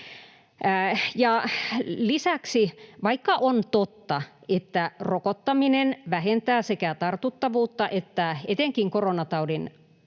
Lisäksi — vaikka on totta, että rokottaminen vähentää sekä tartuttavuutta että etenkin koronataudin